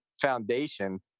foundation